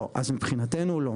לא, אז מבחינתנו לא.